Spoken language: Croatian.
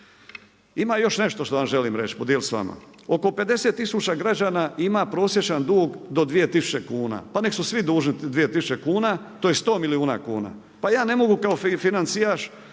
Ima još nešto što vam želim reći, podijeliti s vama. Oko 50 tisuća građana ima prosječan dug do 2000 kuna, pa neka su svi dužni 2000 kuna, to je 1000 milijuna kuna. Pa ja ne mogu kao financijaš